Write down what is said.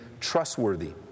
trustworthy